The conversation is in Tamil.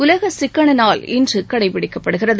உலக சிக்கன நாள் இன்று கடைப்பிடிக்கப்படுகிறது